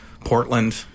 Portland